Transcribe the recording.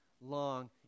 long